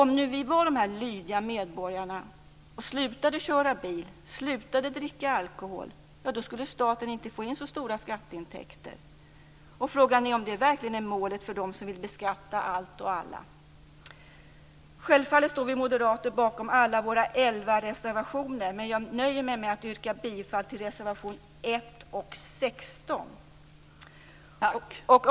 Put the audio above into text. Om vi nu var de här lydiga medborgarna och slutade köra bil och slutade dricka alkohol skulle staten inte få in så stora skatteintäkter. Frågan är om det verkligen är målet för dem som vill beskatta allt och alla. Självfallet står vi moderater bakom alla våra elva reservationer, men jag nöjer mig med att yrka bifall till reservation 1 och 16. Fru talman!